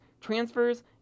transfers